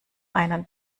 einen